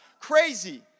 crazy